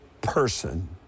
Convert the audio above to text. person